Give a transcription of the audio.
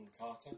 Carter